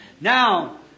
Now